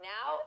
Now